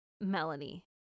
Melanie